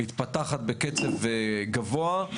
מתפתחת בקצב גבוה,